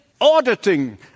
auditing